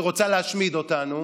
שרוצה להשמיד אותנו,